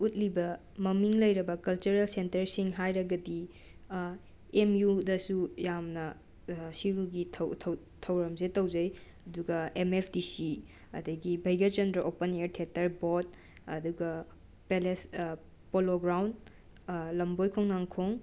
ꯎꯠꯂꯤꯕ ꯃꯃꯤꯡ ꯂꯩꯔꯕ ꯀꯜꯆꯔꯦꯜ ꯁꯦꯟꯇꯔꯁꯤꯡ ꯍꯥꯏꯔꯒꯗꯤ ꯑꯦꯝ ꯌꯨꯗꯁꯨ ꯌꯥꯝꯅ ꯑꯁꯤꯐꯧꯒꯤ ꯊꯧꯔꯝꯁꯦ ꯇꯧꯖꯩ ꯑꯗꯨꯒ ꯑꯦꯝ ꯑꯦꯐ ꯗꯤ ꯁꯤ ꯑꯗꯒꯤ ꯚꯩꯒꯆꯟꯗ꯭ꯔ ꯑꯣꯄꯟ ꯑꯦꯔ ꯊꯦꯇꯔ ꯕꯣꯠ ꯑꯗꯨꯒ ꯄꯦꯂꯦꯁ ꯄꯣꯂꯣ ꯒ꯭ꯔꯥꯎꯟ ꯂꯝꯕꯣꯏ ꯈꯣꯡꯅꯥꯡꯈꯣꯡ